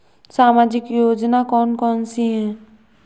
सामाजिक योजना कौन कौन सी हैं?